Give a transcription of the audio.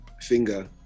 finger